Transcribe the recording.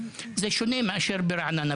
זה שונה מאשר ברעננה,